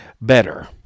better